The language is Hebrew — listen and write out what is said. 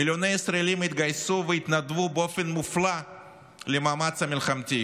מיליוני ישראלים התגייסו והתנדבו באופן מופלא למאמץ המלחמתי,